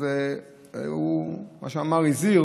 אז הוא הזהיר